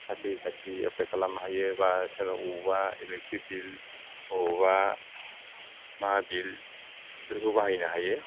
साख्रि थाख्रि एप्लाय खालामनो हायो बा बबेयावबा इलेक्ट्रिक बिल बबेयावबा मा बिल बेफोरखौ बाहायनो हायो